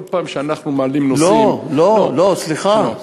כל פעם שאנחנו מעלים נושאים, לא, לא, לא, סליחה.